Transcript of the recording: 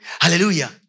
Hallelujah